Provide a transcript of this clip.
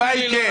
התשובה היא כן.